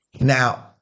now